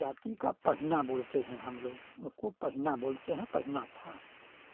जाति का पहिना बोलते हैं हमलोग उसको पहिना बोलते हैं पहिना था